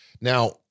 Now